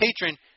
patron